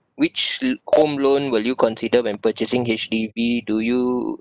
which home loan will you consider when purchasing H_D_B do you